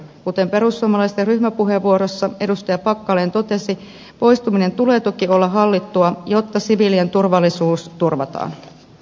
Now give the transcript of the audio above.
kuten perussuomalaisten ryhmäpuheenvuorossa edustaja packalen totesi poistumisen tulee toki olla hallittua jotta siviilien turvallisuus turvataan